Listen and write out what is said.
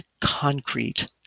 concrete